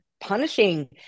punishing